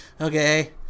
Okay